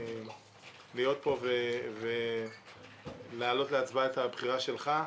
להיות פה ולהעלות להצבעה את הבחירה שלך.